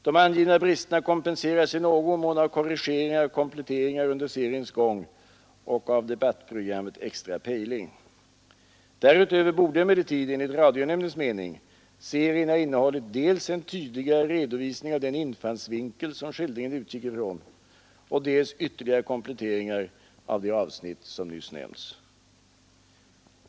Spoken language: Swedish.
De angivna bristerna kompenseras i någon mån av korrigeringar och kompletteringar under seriens gång och av debattprogrammet ”Extra pejling. Därutöver borde emellertid enligt radionämndens mening serien ha innehållit dels en tydligare redovisning av den infallsvinkel som skildringen utgick ifrån och dels ytterligare kompletteringar av de avsnitt som nyss nämnts.